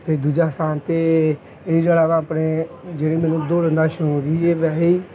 ਅਤੇ ਦੂਜਾ ਸਥਾਨ ਤਾਂ ਇਹ ਜਿਹੜਾ ਵਾ ਆਪਣੇ ਜਿਹੜੇ ਮੈਨੂੰ ਦੌੜਨ ਦਾ ਸ਼ੌਂਕ ਸੀ ਇਹ ਵੈਸੇ ਹੀ